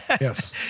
yes